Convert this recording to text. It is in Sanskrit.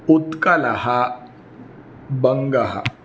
उत्कलः बङ्गः